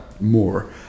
more